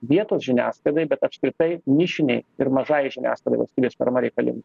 vietos žiniasklaidai bet apskritai nišinei ir mažai žiniasklaidai valstybės parama reikalinga